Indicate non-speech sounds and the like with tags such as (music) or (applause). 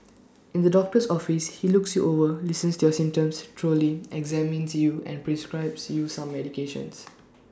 (noise) in the doctor's office he looks you over listens to your symptoms thoroughly examines you and prescribes you some medications (noise)